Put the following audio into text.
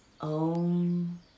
Om